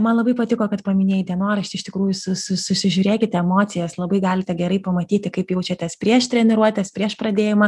man labai patiko kad paminėjai dienoraštį iš tikrųjų su su susižiurėkite emocijas labai galite gerai pamatyti kaip jaučiatės prieš treniruotes prieš pradėjimą